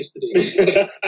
yesterday